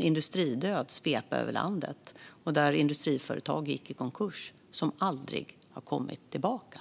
industridöd svepa över landet och industriföretag gick i konkurs som aldrig har kommit tillbaka.